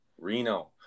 Reno